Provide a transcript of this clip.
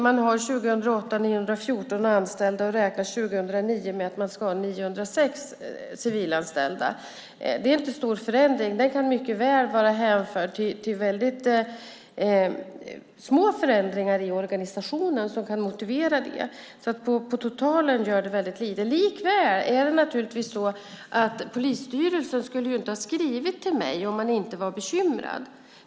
År 2008 har man 914 anställda och räknar med att ha 906 civilanställda 2009. Det är inte någon stor förändring. Den kan mycket väl vara väldigt små förändringar i organisationen som kan motivera det. Det gör väldigt lite totalt sett. Likväl skulle inte polisstyrelsen ha skrivit till mig om man inte var bekymrad.